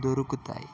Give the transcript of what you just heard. దొరుకుతాయి